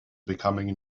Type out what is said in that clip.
becoming